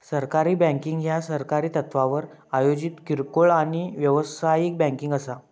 सहकारी बँकिंग ह्या सहकारी तत्त्वावर आयोजित किरकोळ आणि व्यावसायिक बँकिंग असा